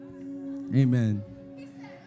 Amen